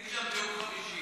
הייתי שם ביום חמישי,